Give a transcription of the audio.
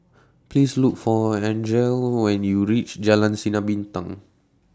Please Look For Angele when YOU REACH Jalan Sinar Bintang